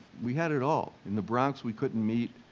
we had it all, in the bronx we couldn't meet,